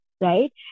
right